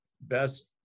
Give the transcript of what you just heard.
best